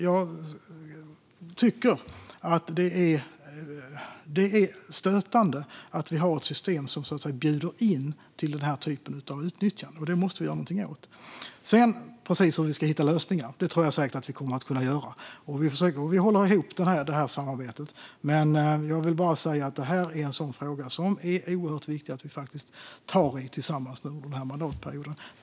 Jag tycker att det är stötande att vi har ett system som bjuder in till den här typen av utnyttjande. Det måste vi göra någonting åt. Vi ska hitta lösningar, och det tror jag säkert att vi kommer att kunna göra. Vi håller ihop samarbetet, men jag vill bara säga att det här är en sådan fråga som det är oerhört viktigt att vi tar i tillsammans under mandatperioden.